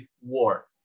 war